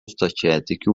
stačiatikių